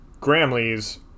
Gramley's